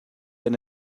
and